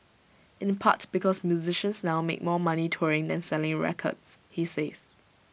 in the part because musicians now make more money touring than selling records he says